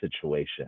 situation